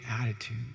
attitude